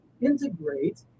Integrate